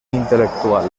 intel·lectual